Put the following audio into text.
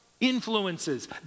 influences